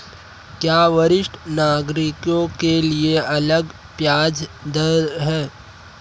क्या वरिष्ठ नागरिकों के लिए अलग ब्याज दर है?